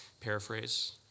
paraphrase